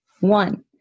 One